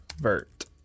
Vert